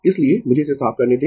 इसलिए मुझे इसे साफ करने दें